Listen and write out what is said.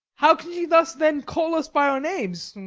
how can she thus, then, call us by our names,